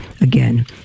Again